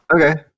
Okay